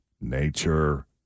nature